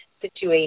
situation